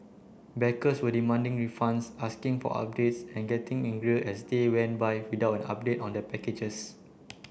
backers were demanding refunds asking for updates and getting angrier as days went by without an update on their packages